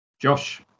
Josh